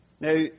now